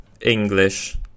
English